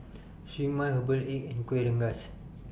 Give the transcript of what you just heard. Siew Mai Herbal Egg and Kuih Rengas